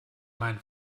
meinen